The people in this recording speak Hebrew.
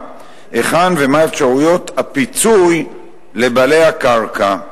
והיכן ומה אפשרויות הפיצוי לבעלי הקרקע.